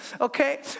okay